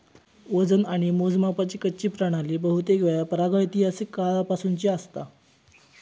वजन आणि मोजमापाची कच्ची प्रणाली बहुतेकवेळा प्रागैतिहासिक काळापासूनची असता